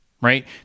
right